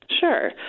Sure